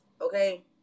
okay